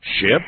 Ship